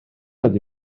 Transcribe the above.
ydy